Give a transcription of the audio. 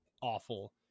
awful